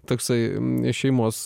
toksai šeimos